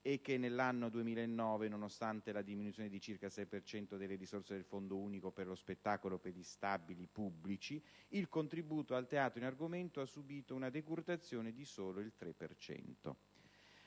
e che, nell'anno 2009, nonostante la diminuzione di circa il 6 per cento delle risorse del Fondo unico per lo spettacolo per gli stabili pubblici, il contributo al teatro in argomento ha subito una decurtazione di solo il 3